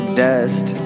dust